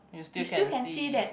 you still can see